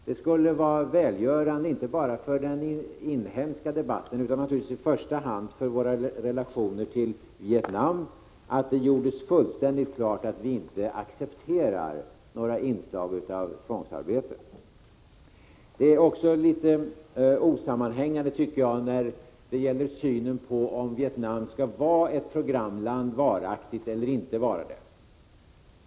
Det skulle vara välgörande inte bara för den inhemska debatten utan också i första hand naturligtvis för våra relationer till Vietnam att det gjordes fullständigt klart att vi inte accepterar några inslag av tvångsarbete. Det är också en del som är osammanhängande, tycker jag, när det gäller synen på om Vietnam varaktigt skall vara ett programland eller inte vara det.